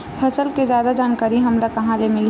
फसल के जादा जानकारी हमला कहां ले मिलही?